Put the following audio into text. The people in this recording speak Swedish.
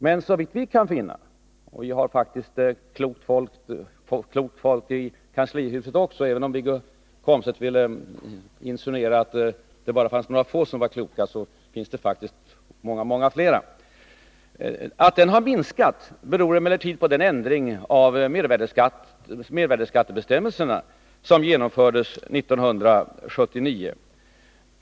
Men såvitt vi kan finna — och vi har faktist klokt folk i kanslihuset också; även om Wiggo Komstedt ville insinuera att det bara fanns några få som var kloka så finns det faktiskt många fler — beror minskningen på den ändring av mervärdeskattebestämmelserna som genomfördes 1979.